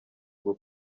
bwo